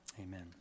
amen